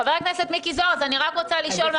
-- שהיא לא צריכה להתפטר.